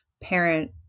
parent